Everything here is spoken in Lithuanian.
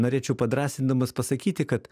norėčiau padrąsindamas pasakyti kad